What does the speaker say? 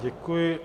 Děkuji.